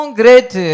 great